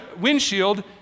windshield